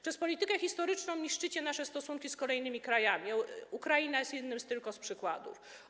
Przez politykę historyczną niszczycie nasze stosunki z kolejnymi krajami, Ukraina jest tylko jednym z przykładów.